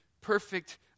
perfect